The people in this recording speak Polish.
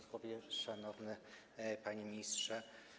Szanowny Panie Ministrze!